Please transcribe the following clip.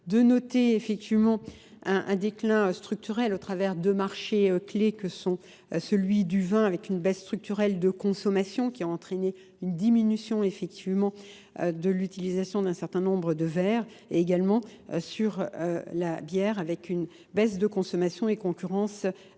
de noter effectivement un déclin structurel au travers deux marchés clés que sont celui du vin avec une baisse structurelle de consommation qui a entraîné une diminution effectivement. de l'utilisation d'un certain nombre de verres et également sur la bière avec une baisse de consommation et concurrence avec